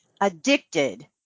addicted